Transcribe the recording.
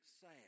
sad